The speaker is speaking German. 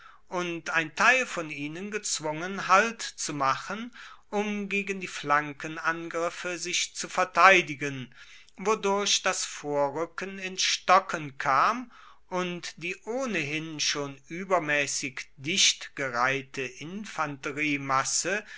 und ein teil von ihnen gezwungen halt zu machen um gegen die flankenangriffe sich zu verteidigen wodurch das vorruecken ins stocken kam und die ohnehin schon uebermaessig dicht gereihte